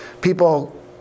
people